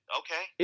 okay